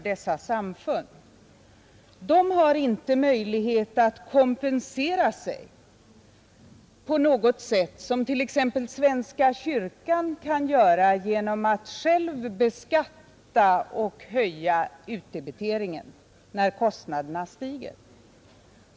De har inte möjlighet att kompensera sig, som svenska kyrkan kan göra genom att själv beskatta och höja utdebiteringen när kostnaderna stiger.